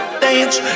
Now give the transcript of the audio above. dance